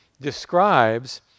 describes